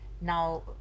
Now